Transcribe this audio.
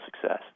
success